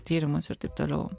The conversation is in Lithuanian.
tyrimus ir taip toliau